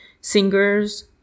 Singers